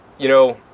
you know,